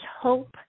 hope